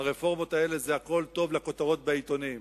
הרפורמות האלה זה הכול טוב לכותרות בעיתונים.